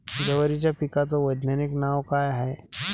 जवारीच्या पिकाचं वैधानिक नाव का हाये?